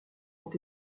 ont